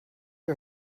her